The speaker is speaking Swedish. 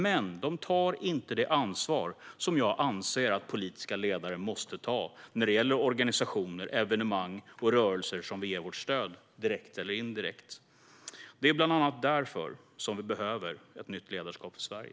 Men de har inte tagit det ansvar som jag anser att politiska ledare måste ta när det gäller vilka organisationer, evenemang och rörelser vi ger vårt stöd, direkt eller indirekt. Det är bland annat därför vi behöver ett nytt ledarskap för Sverige.